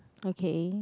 okay